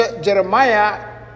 Jeremiah